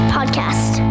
Podcast